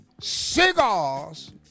cigars